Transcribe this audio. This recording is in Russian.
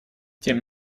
тем